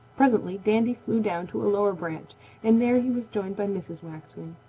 presently dandy flew down to a lower branch and there he was joined by mrs. waxwing.